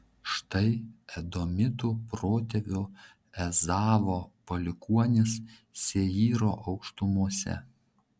štai edomitų protėvio ezavo palikuonys seyro aukštumose